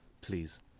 please